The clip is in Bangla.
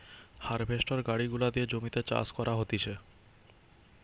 হার্ভেস্টর গাড়ি গুলা দিয়ে জমিতে চাষ করা হতিছে